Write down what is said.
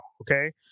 okay